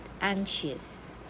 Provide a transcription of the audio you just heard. anxious